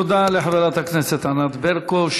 תודה לחברת הכנסת ענת ברקו.